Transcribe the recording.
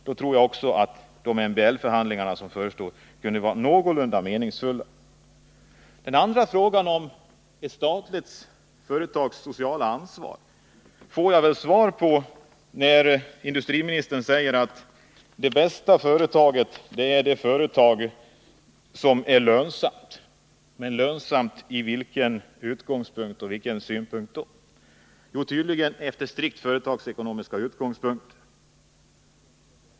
Då tror jag att också de MBL-förhandlingar som Nr 57 förestår kunde bli någorlunda meningsfulla. Tisdagen den Min andra fråga om ett statligt företags sociala ansvar får jag väl svar på när 18 december 1979 industriministern säger att det bästa företaget är det företag som är lönsamt. Men lönsamt från vilken utgångspunkt? Jo, tydligen efter strikt företagse Om utvecklingen konomiska utgångspunkter.